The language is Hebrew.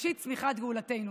ראשית צמיחת גאולתנו.